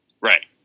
Right